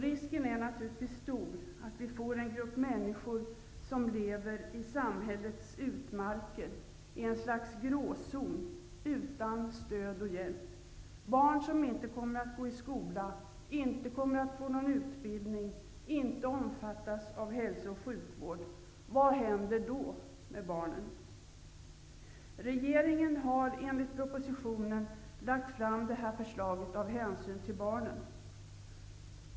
Risken är naturligtvis stor att vi får en grupp människor som lever i samhällets utmarker, i ett slags gråzon, utan stöd och hjälp. Vad händer med barn som inte kommer att gå i skola, inte kommer att få någon utbildning, inte omfattas av hälso och sjukvård? Regeringen har enligt propositionen lagt fram det här förslaget av hänsyn till barnen.